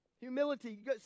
Humility